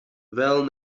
vēl